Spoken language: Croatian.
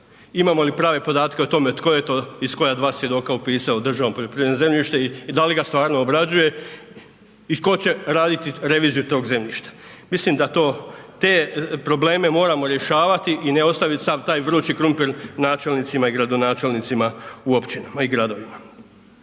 imamo li prave podatke o tome tko je to i s koja dva svjedoka upisao u državno poljoprivredno zemljište i da li ga stvarno obrađuje i tko će raditi reviziju tog zemljišta, mislim da to, te probleme moramo rješavati i ne ostaviti sav taj vrući krumpir načelnicima i gradonačelnicima u općinama i gradovima.